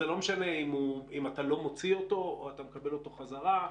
זה לא משנה אם אתה לא מוציא אותו או אתה מקבל אותו חזרה.